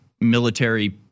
military